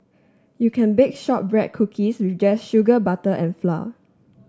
you can bake shortbread cookies just sugar butter and flour